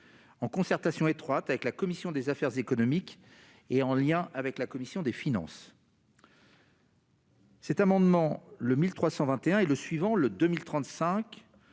en concertation étroite avec la commission des affaires économiques et en lien avec la commission des finances. Les amendements n 1321 rectifié et 2035